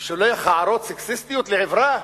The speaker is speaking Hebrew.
ששולח הערות סקסיסטיות לעברה.